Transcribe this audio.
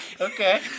okay